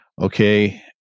okay